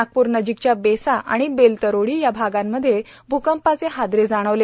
नागपूर नजीकच्या बेसा आणि बेलतरोडी या भागांमध्ये भूकंपाचे हादरे जाणवले